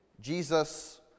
Jesus